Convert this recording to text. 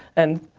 and,